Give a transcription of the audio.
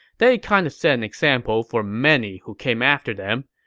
they kind of set an example for many who came after them.